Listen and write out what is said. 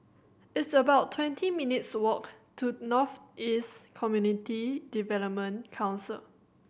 it's about twenty minutes' walk to North East Community Development Council